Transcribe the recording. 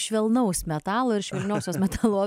švelnaus metalo ir švelniosios metalo